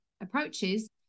approaches